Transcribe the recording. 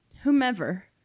whomever